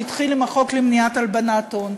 שהתחיל עם החוק למניעת הלבנת הון,